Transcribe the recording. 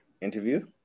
interview